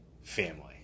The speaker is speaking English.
family